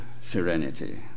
serenity